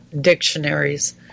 dictionaries